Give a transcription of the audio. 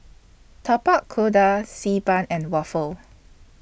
Tapak Kuda Xi Ban and Waffle